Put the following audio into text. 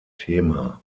thema